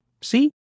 See